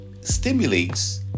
stimulates